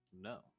no